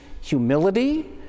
humility